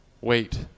Wait